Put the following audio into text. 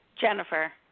Jennifer